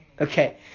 Okay